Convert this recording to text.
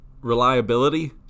reliability